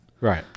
Right